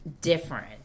different